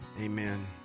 Amen